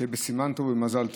שיהיה בסימן טוב ובמזל טוב.